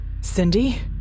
Cindy